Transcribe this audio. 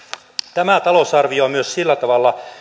tämä talousarvio on myös sillä tavalla